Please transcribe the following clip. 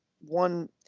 one